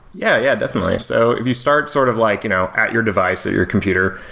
yeah, yeah, definitely. so if you start sort of like you know at your device, or your computer,